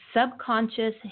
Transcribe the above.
subconscious